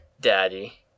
Daddy